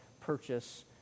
purchase